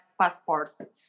passport